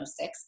1906